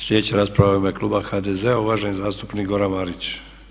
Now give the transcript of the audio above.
Sljedeća rasprava je u ime Kluba HDZ-a, uvaženi zastupnik Goran Marić.